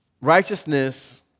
Righteousness